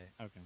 okay